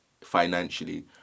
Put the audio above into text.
financially